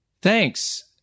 Thanks